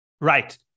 Right